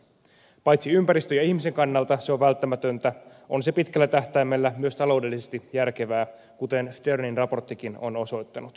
paitsi että se on välttämätöntä ympäristön ja ihmisen kannalta se on pitkällä tähtäimellä myös taloudellisesti järkevää kuten sternin raporttikin on osoittanut